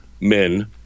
men